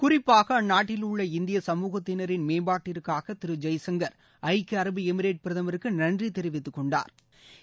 குறிப்பாக அந்நாட்டிலுள்ள இந்திய சமூகத்தினரின் மேம்பாட்டிற்காக திரு ஜெய்சங்கர் ஐக்கிய அரபு எமிரேட் பிரதமருக்கு நன்றி தெரிவித்துக்கொண்டாா்